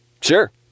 Sure